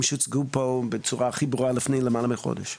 שהוצגו פה בצורה הכי ברורה לפני כמעט למעלה מחודש,